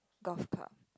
golf club